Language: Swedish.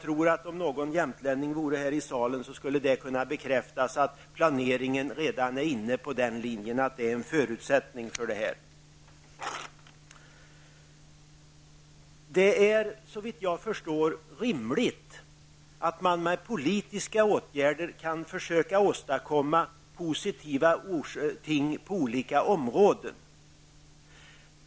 Jag tror att om någon jämtlänning vore här i salen skulle det kunna bekräftas att planeringen redan är inne på den linjen och att detta är en förutsättning för att genomföra ett olympiskt spel. Såvitt jag förstår är det rimligt att med politiska åtgärder försöka åstadkomma positiva ting på olika områden.